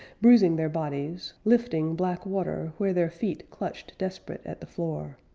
bruising their bodies, lifting black water where their feet clutched desperate at the floor.